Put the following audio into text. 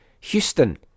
Houston